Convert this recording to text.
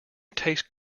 tastes